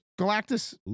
galactus